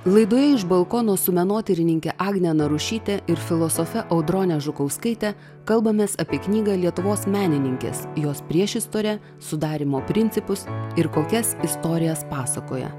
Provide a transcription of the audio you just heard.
laidoje iš balkono su menotyrininke agne narušyte ir filosofe audrone žukauskaite kalbamės apie knygą lietuvos menininkės jos priešistorę sudarymo principus ir kokias istorijas pasakoja